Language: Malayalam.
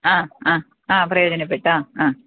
ആ ആ ആ പ്രയോജനപ്പെട്ടു ആ ആ